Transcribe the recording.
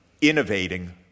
innovating